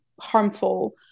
harmful